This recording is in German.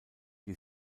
die